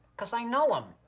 cause i know him.